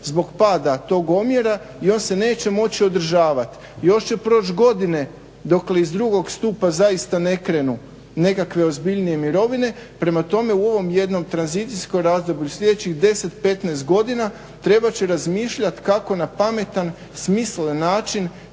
zbog pada tog omjera i on se neće moći održavati. Još će proći godine dokle iz drugog stupa zaista ne krenu nekakve ozbiljnije mirovine. Prema tome u ovom jednom tranzicijskom razdoblju sljedećih 10, 15 godina trebat će razmišljati kako na pametan smislen način